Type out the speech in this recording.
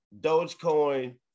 Dogecoin